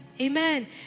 Amen